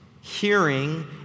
Hearing